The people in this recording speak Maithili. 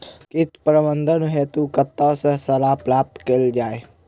कीट प्रबंधन हेतु कतह सऽ सलाह प्राप्त कैल जाय?